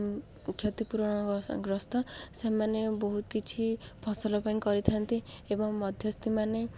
କ୍ଷତିପୂରଣ ଗ୍ରସ୍ତ ସେମାନେ ବହୁତ କିଛି ଫସଲ ପାଇଁ କରିଥାନ୍ତି ଏବଂ ମଧ୍ୟସ୍ଥିମାନେ